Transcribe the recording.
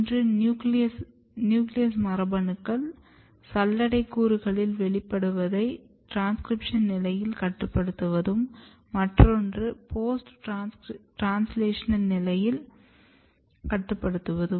ஒன்று நியூக்ளியஸ் மரபணுக்கள் சல்லடை கூறுகளில் வெளிப்படுவதை ட்ரான்ஸ்க்ரிப்ஷன் நிலையில் கட்டுப்படுத்துவது மற்றொன்று போஸ்ட் ட்ரான்ஸ்லேஷனல் நிலையில் கட்டுப்படுத்துவது